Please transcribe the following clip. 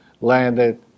landed